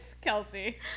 Kelsey